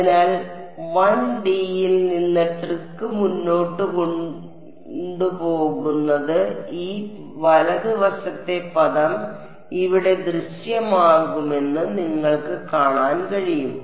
അതിനാൽ 1D യിൽ നിന്ന് ട്രിക്ക് മുന്നോട്ട് കൊണ്ടുപോകുന്നത് ഈ വലത് വശത്തെ പദം ഇവിടെ ദൃശ്യമാകുമെന്ന് നിങ്ങൾക്ക് കാണാൻ കഴിയും